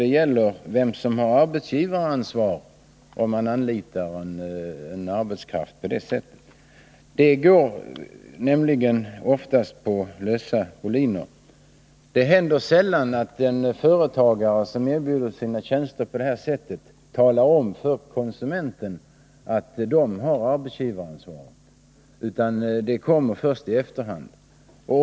Det gäller frågan om vem som har arbetsgivaransvar om man anlitar arbetskraft på detta sätt. Det går nämligen oftast på lösa boliner. Det händer sällan att en företagare som erbjuder sina tjänster på det här sättet talar om för konsumenten att denna har arbetsgivaransvar. Upplysningarna kommer först i efterhand.